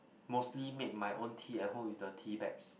mostly make my own tea at home with the teabags